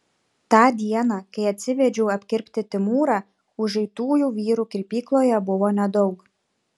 tą dieną kai atsivedžiau apkirpti timūrą užuitųjų vyrų kirpykloje buvo nedaug